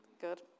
Good